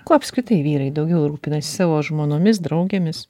kuo apskritai vyrai daugiau rūpinas savo žmonomis draugėmis